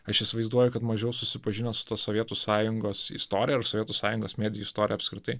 aš įsivaizduoju kad mažiau susipažinęs su ta sovietų sąjungos istorija ir sovietų sąjungos medijų istorija apskritai